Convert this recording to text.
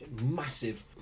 massive